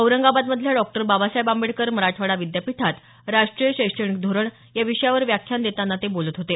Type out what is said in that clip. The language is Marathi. औरंगाबादमधल्या डॉक्टर बाबासाहेब आंबेडकर मराठवाडा विद्यापीठात राष्ट्रीय शैक्षणिक धोरण या विषयावर व्याख्यान देतांना ते बोलत होते